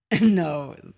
no